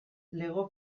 lego